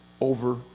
over